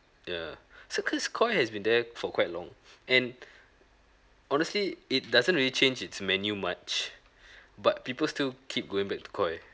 ya so cause koi has been there for quite long and honestly it doesn't really change its menu much but people still to keep going back to koi